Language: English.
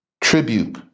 tribute